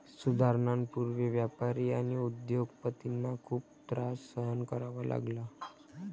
सुधारणांपूर्वी व्यापारी आणि उद्योग पतींना खूप त्रास सहन करावा लागला